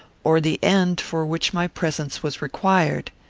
or the end for which my presence was required.